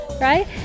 right